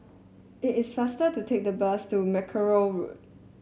it is faster to take the bus to Mackerrow Road